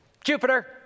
Jupiter